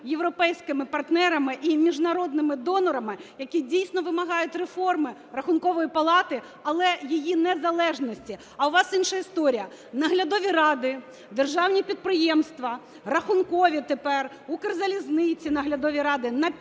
європейськими партнерами і міжнародними донорами, які, дійсно, вимагають реформи Рахункової палати, але її незалежності. А у вас інша історія: наглядові ради, державні підприємства, рахункові тепер, Укрзалізниці наглядові ради